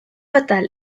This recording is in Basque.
atal